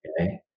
Okay